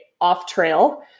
off-trail